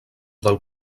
del